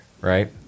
Right